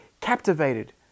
captivated